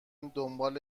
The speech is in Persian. دنبال